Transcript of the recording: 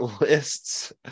lists